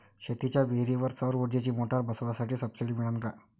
शेतीच्या विहीरीवर सौर ऊर्जेची मोटार बसवासाठी सबसीडी मिळन का?